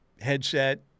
headset